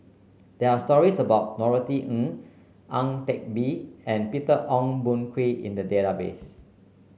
there are stories about Norothy Ng Ang Teck Bee and Peter Ong Boon Kwee in the database